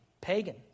pagan